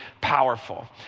powerful